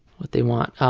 what they want.